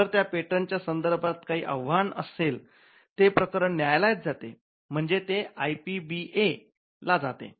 जर त्या पेटंट च्या संदर्भात काही आव्हान असेल ते प्रकरण न्यायालयात जाते म्हणजे ते आय पी ए बी ला जाते